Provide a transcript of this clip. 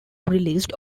released